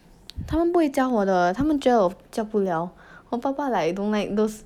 他们不会教我的他们觉得我教不了我爸爸 like don't like those